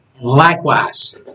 Likewise